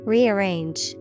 Rearrange